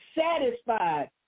satisfied